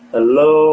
Hello